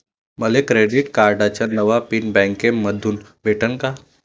मले क्रेडिट कार्डाचा नवा पिन बँकेमंधून भेटन का?